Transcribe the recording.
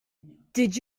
did